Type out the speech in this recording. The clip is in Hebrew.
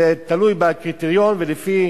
זה תלוי בקריטריון, ולפי